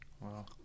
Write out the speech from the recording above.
Wow